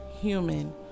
human